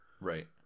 Right